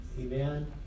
Amen